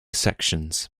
sections